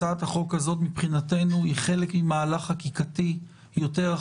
הצעת החוק הזאת מבחינתנו היא חלק ממהלך חקיקתי רחב יותר,